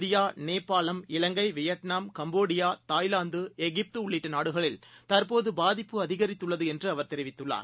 India Nepalam Ilangai Vietnam Cambodia Thailand எகிப்துஉள்ளிட்டநாடுகளில்தற்போதுபாதிப்புஅதிகரித்துள்ளதுஎன்றுஅவர்தெரிவித்து ள்ளார்